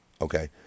Okay